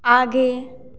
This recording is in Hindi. आगे